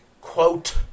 quote